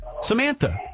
Samantha